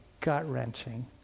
gut-wrenching